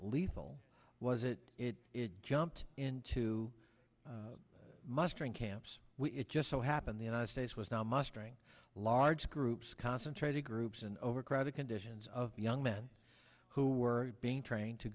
lethal was it it jumped into mustering camps it just so happened the united states was now mustering large groups concentrating groups in overcrowded conditions of young men who were being trained to